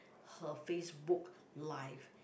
her Facebook live